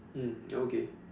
mm okay